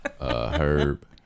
Herb